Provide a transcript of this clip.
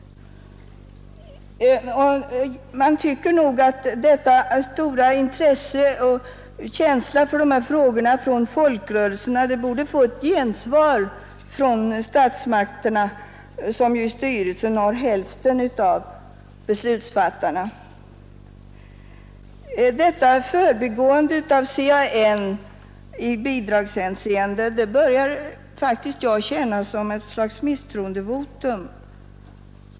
Detta stora intresse och denna känsla för frågornas vikt från folkrörelsernas sida borde väl få ett gensvar hos statsmakterna som i CAN:s styrelse har hälften av beslutsfattarna. I stället visas ett förbigående av CAN i bidragshänseende som jag faktiskt börjar känna som ett slags misstroendevotum.